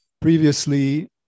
Previously